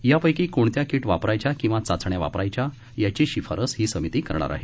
यापैकी कोणत्या किट वापरायच्या किंवा चाचण्या वापरायच्या याची शिफारस ही समिती करणार आहे